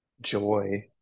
joy